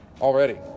already